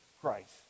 Christ